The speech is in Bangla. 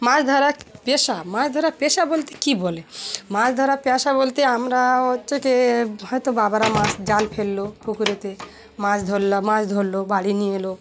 মাছ ধরা পেশা মাছ ধরা পেশা বলতে কী বলে মাছ ধরা পেশা বলতে আমরা হচ্ছে গিয়ে হয়তো হয়তো বাবারা মাছ জাল ফেললো পুকুরেতে মাছ ধরল মাছ ধরলো বাড়ি নিয়ে এলো